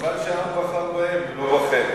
חבל שהעם בחר בהם ולא בכם.